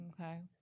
Okay